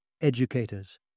educators